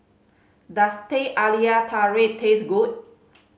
does Teh Halia Tarik taste good